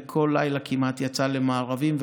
וכל לילה כמעט יצא למארבים,